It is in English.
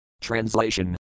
Translation